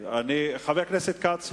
חבר הכנסת כץ,